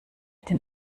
den